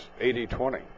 80-20